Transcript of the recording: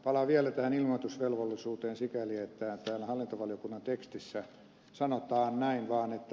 palaan vielä tähän ilmoitusvelvollisuuteen sikäli että täällä hallintovaliokunnan tekstissä sanotaan näin vaan